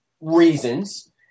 reasons